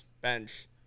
bench